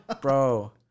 Bro